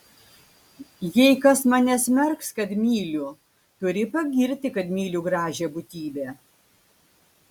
jei kas mane smerks kad myliu turi pagirti kad myliu gražią būtybę